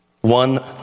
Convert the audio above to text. One